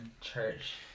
Church